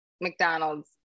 McDonald's